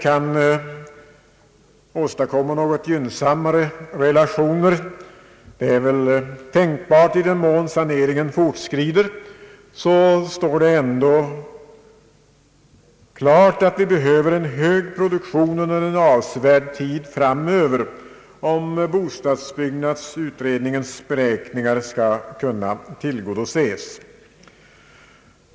Även om något gynnsammare relationer kan åstadkommas på detta område — vilket är tänkbart i den mån saneringen fortskrider — står det ändå klart att det behövs en hög produktion under avsevärd tid, om bostadsbyggnadsutredningens beräkningar skall hålla streck.